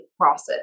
process